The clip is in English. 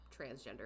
transgender